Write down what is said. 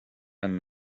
and